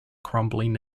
crumbling